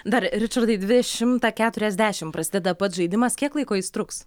dar ričardai dvidešimtą keturiasdešim prasideda pats žaidimas kiek laiko jis truks